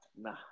Nah